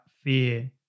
fear